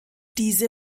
diese